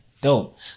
dope